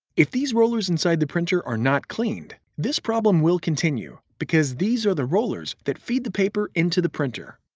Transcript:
if these rollers inside the printer are not cleaned, this problem will continue because these are the rollers that feed the paper into the printer.